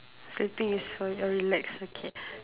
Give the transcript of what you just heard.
sleeping is for your relax okay